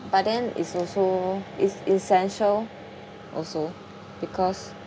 but then it's also it's essential also because